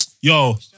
yo